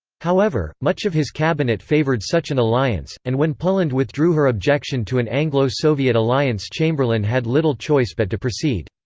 however, much of his cabinet favoured such an alliance, and when poland withdrew her objection to an anglo-soviet alliance chamberlain had little choice but to proceed.